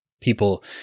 people